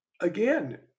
again